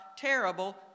terrible